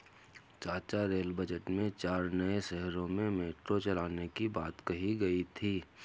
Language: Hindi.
चाचा रेल बजट में चार नए शहरों में मेट्रो चलाने की बात कही गई थी